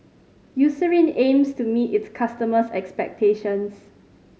Eucerin aims to meet its customers' expectations